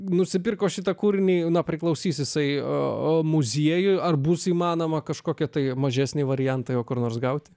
nusipirko šitą kūrinį nuo priklausys jisai o muziejuje ar bus įmanoma kažkokia tai mažesni variantai kur nors gauti